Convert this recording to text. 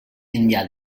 enllà